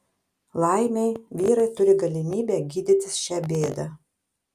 laimei vyrai turi galimybę gydytis šią bėdą